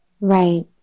Right